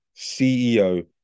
CEO